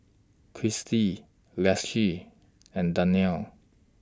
Chrissie Leticia and Darnell